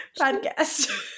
podcast